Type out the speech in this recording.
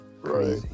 Right